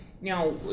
Now